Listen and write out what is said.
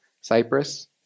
Cyprus